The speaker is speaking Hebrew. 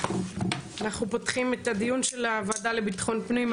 אנחנו פותחים את הדיון של הוועדה לביטחון פנים,